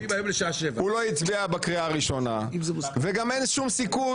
הוא לא הצביע בקריאה הראשונה וגם אין שום סיכוי